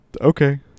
Okay